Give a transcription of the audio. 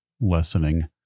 lessening